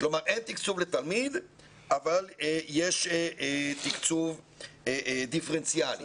אין תקצוב לתלמיד אבל יש תקצוב דיפרנציאלי.